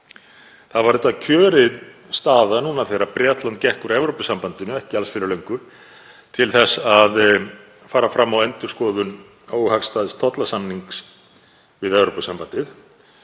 Það var auðvitað kjörin staða þegar Bretland gekk úr Evrópusambandinu ekki alls fyrir löngu til þess að fara fram á endurskoðun óhagstæðs tollasamnings við Evrópusambandið.